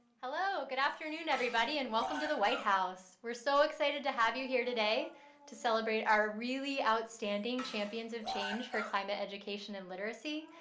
hello. good afternoon, everybody, and welcome to the white house. we're so excited to have you here today to celebrate our really outstanding champions of change for climate education and literacy.